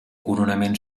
coronament